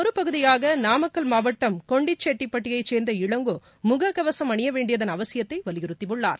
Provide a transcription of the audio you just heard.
ஒருபகுதியாகநாமக்கல் மாவட்டம் கொண்டிசெட்டிப்பட்டியைசேர்ந்த இளங்கோமுகக்கவசம் இதன் அணியவேண்டியதன் அவசியத்தைவலியுறுத்தியுள்ளார்